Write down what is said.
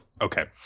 Okay